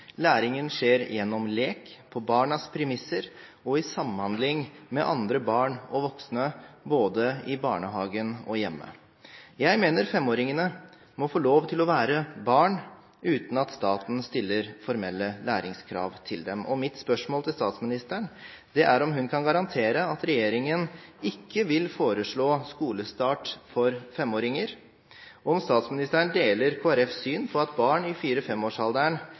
Læringen skjer gjennom lek på barnas premisser og i samhandling med andre barn og voksne både i barnehagen og hjemme. Jeg mener femåringene må få lov til å være barn uten at staten stiller formelle læringskrav til dem. Mitt spørsmål til statsministeren er om hun kan garantere at regjeringen ikke vil foreslå skolestart for femåringer, og om statsministeren deler Kristelig Folkepartis syn om at barn i